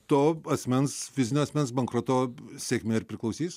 to asmens fizinio asmens bankroto sėkmė priklausys